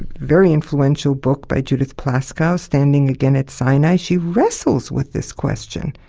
very influential book by judith plaskow, standing again at sinai, she wrestles with this question.